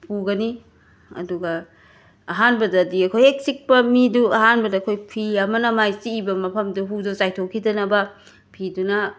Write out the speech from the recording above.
ꯄꯨꯒꯅꯤ ꯑꯗꯨꯒ ꯑꯍꯥꯟꯕꯗꯗꯤ ꯑꯩꯈꯣꯏ ꯍꯦꯛ ꯆꯤꯛꯄ ꯃꯤꯗꯨ ꯑꯍꯥꯟꯕꯗ ꯑꯩꯈꯣꯏ ꯐꯤ ꯑꯃꯅ ꯃꯥꯏ ꯆꯤꯛꯏꯕ ꯃꯐꯝꯗꯨ ꯍꯨꯗꯨ ꯆꯥꯏꯊꯣꯛꯈꯤꯗꯅꯕ ꯐꯤꯗꯨꯅ